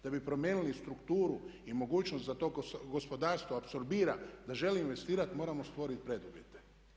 Da bi promijenili strukturu i mogućnost za to da gospodarstvo apsorbira da želi investirati moramo stvoriti preduvjete.